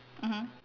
mmhmm